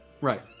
Right